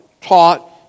taught